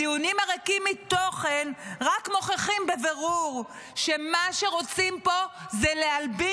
הדיונים הריקים מתוכן רק מוכיחים בבירור שמה שרוצים פה זה להלבין